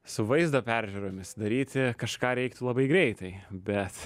su vaizdo peržiūromis daryti kažką reiktų labai greitai bet